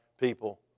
people